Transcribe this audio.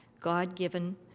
God-given